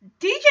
DJ